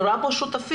אני רואה כאן שותפים,